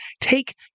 take